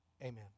Amen